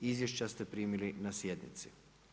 Izvješća ste primili na sjednici.